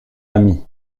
ami